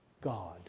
God